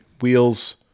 wheels